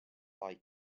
like